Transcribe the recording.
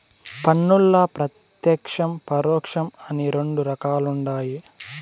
పన్నుల్ల ప్రత్యేక్షం, పరోక్షం అని రెండు రకాలుండాయి